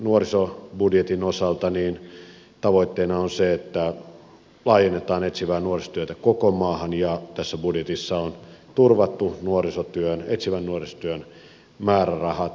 ensinnäkin nuorisobudjetin osalta tavoitteena on se että laajennetaan etsivää nuorisotyötä koko maahan ja tässä budjetissa on turvattu etsivän nuorisotyön määrärahat